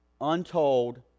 untold